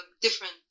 different